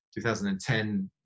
2010